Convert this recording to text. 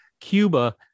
Cuba